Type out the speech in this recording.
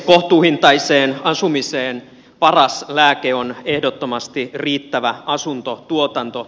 kohtuuhintaiseen asumiseen paras lääke on ehdottomasti riittävä asuntotuotanto